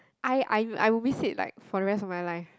I I I will miss it like for the rest of my life